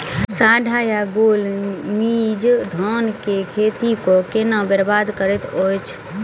साढ़ा या गौल मीज धान केँ खेती कऽ केना बरबाद करैत अछि?